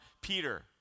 Peter